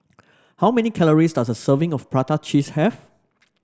how many calories does a serving of Prata Cheese have